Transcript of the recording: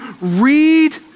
read